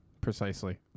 precisely